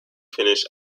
finnish